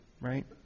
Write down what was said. right